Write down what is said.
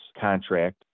contract